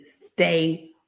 stay